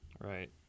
Right